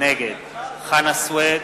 נגד חנא סוייד,